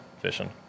fishing